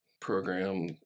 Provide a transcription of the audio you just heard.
program